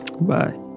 Bye